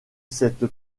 cette